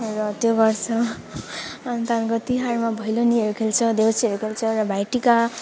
र त्यो गर्छ अनि त अब तिहारमा भैलोनीहरू खेल्छ देउसीहरू खेल्छ र भाइटिका